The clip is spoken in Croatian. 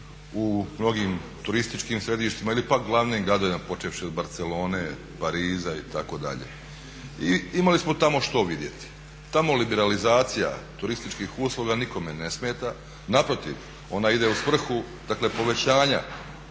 u mnogim turističkim središtima ili pak glavnim gradovima počevši od Barcelone, Pariza itd. i imali smo tamo što vidjeti. Tamo liberalizacija turističkih usluga nikome ne smeta, naprotiv ona ide u svrhu povećavanja